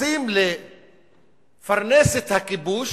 רוצים לפרנס את הכיבוש,